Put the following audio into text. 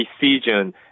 decision